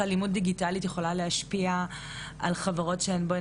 אם ניקח לדוגמא את החברה הבדואית,